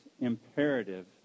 imperative